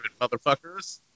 motherfuckers